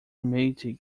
matey